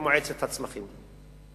במועצת הזיתים.